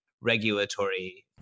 regulatory